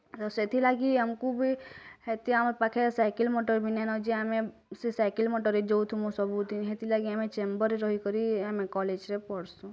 ସେଥିଲାଗି ଆମ୍ କୁ ବି ହେତି ଆମ ପାଖେ ସାଇକେଲ୍ ମୋଟର୍ ବି ନାଇନ୍ ଯେ ଆମେ୍ ସେ ସାଇକେଲ୍ ମୋଟର୍ ଯୋଉଠୁଁ ସବୁ ସେଥିଲାଗି ଆମେ ଚାମ୍ବର୍ରେ ରହିକରି ଆମେ କଲେଜ୍ରେ ପଢ଼ସୁଁ